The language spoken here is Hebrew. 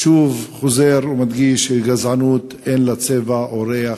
אני שוב חוזר ומדגיש שגזענות אין לה צבע או ריח